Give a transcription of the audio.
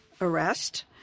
arrest